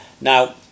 Now